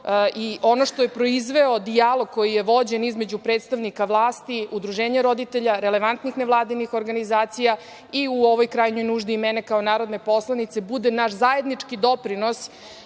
i ono što je proizveo dijalog koji je vođen između predstavnika vlasti, Udruženja roditelja, relevantnih nevladinih organizacija i u ovoj krajnjoj nuždi i mene kao narodne poslanice bude naš zajednički doprinos